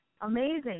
Amazing